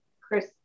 Chris